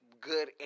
good